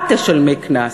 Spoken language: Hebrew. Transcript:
את תשלמי קנס.